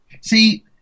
See